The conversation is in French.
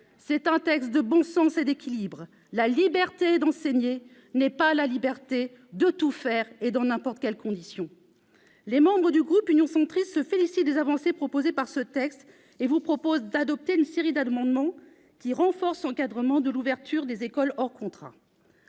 est un texte de bon sens et d'équilibre. La liberté d'enseigner n'est pas la liberté de tout faire et dans n'importe quelles conditions. Les membres du groupe Union Centriste se félicitent des avancées proposées dans ce texte et vous proposent d'adopter une série d'amendements qui tendent à renforcer l'encadrement de l'ouverture des écoles hors contrat.